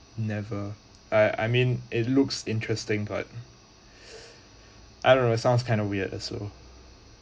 never I I mean it looks interesting but I don't know sounds kind of weird also